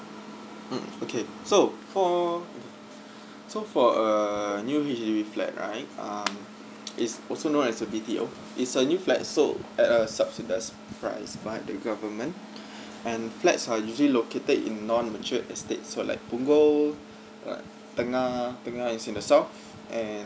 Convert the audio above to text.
mm okay so for so for a new H_D_B flat right um it's also known as B_T_O it's a new flat sold at a subsidised price by the government and flats are usually located in non mature estate so like punggol like tengah tengah is in the south and